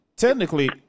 technically